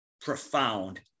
profound